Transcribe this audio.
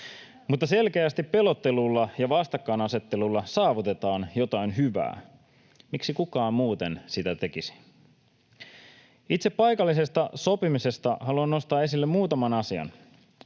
Mutta selkeästi pelottelulla ja vastakkainasettelulla saavutetaan jotain hyvää. Miksi kukaan muuten sitä tekisi? Itse paikallisesta sopimisesta haluan nostaa esille muutaman asian.